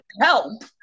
help